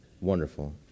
wonderful